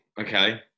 okay